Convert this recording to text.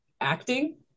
acting